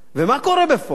ומה קורה בפועל?